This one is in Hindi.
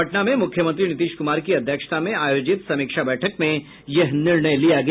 पटना में मुख्यमंत्री नीतीश कुमार की अध्यक्षता में आयोजित समीक्षा बैठक में यह निर्णय लिया गया